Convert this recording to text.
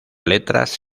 letras